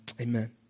Amen